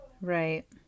right